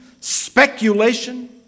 speculation